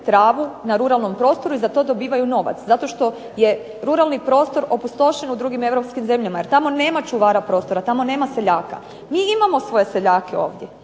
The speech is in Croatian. na ruralnom prostoru i za to dobivaju novac, zato što je ruralni prostor opustošen u drugim europskim zemljama, jer tamo nema čuvara prostora, tamo nema seljaka. Mi imamo svoje seljake ovdje,